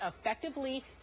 effectively